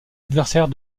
adversaire